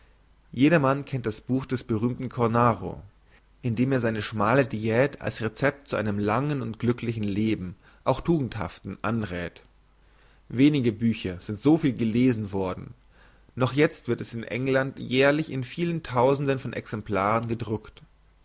jedermann kennt das buch des berühmten cornaro in dem er seine schmale diät als recept zu einem langen und glücklichen leben auch tugendhaften anräth wenige bücher sind so viel gelesen worden noch jetzt wird es in england jährlich in vielen tausenden von exemplaren gedruckt